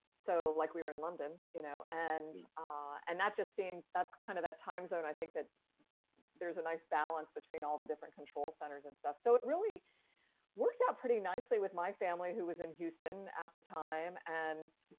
so like we were in london, you know, and and that just seems that's kind of that time zone. i think that there's a nice balance between all the different control centers and stuff. so it really worked out pretty nicely with my family who was in houston at the time. and,